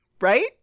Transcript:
right